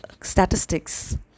statistics